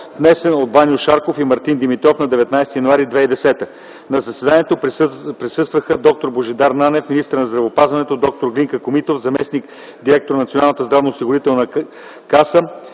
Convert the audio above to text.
внесен от Ваньо Шарков и Мартин Димитров на 19 януари 2010 г. На заседанието присъстваха д-р Божидар Нанев, министър на здравеопазването, д-р Глинка Комитов, заместник – директор на Националната здравноосигурителна каса,